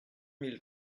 mille